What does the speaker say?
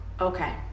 okay